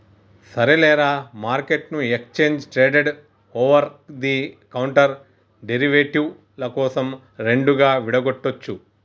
సరేలేరా, మార్కెట్ను exchange traded over the counter derivative ల కోసం రెండుగా విడగొట్టొచ్చు